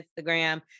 Instagram